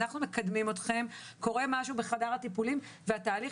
אנחנו מקדמים אתכם קורה משהו בחדר הטיפולים והתהליך